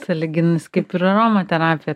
sąlyginis kaip ir aromaterapija